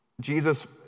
Jesus